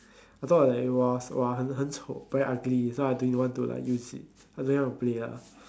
I thought like it was !wah! 很很丑 very ugly so I didn't want to like use it I didn't want to play lah